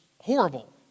horrible